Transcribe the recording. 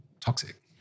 toxic